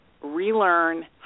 relearn